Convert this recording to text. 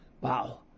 Wow